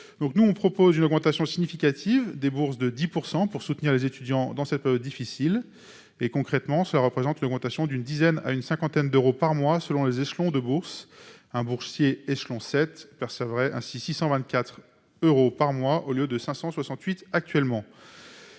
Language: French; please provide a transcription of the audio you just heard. Nous proposons donc une hausse significative des bourses de 10 % pour soutenir les étudiants dans cette période difficile. Concrètement, cela représente une augmentation allant de 10 à 50 euros par mois selon les échelons de la bourse. Un boursier échelon 7 percevrait ainsi 624 euros par mois au lieu de 568 euros actuellement.